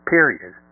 Period